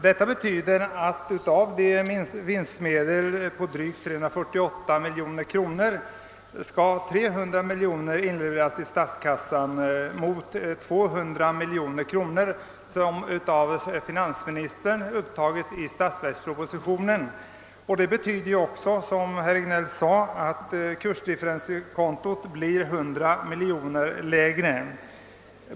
Detta betyder att av vinstmedlens drygt 348 miljoner kronor skall 300 miljoner inlevereras till statskassan, mot de 200 miljoner kronor som finansministern har upptagit i statsverkspropositionen. Som herr Regnéll framhöll skulle alltså kursdifferenskontot bli 100 miljoner kronor lägre.